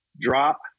drop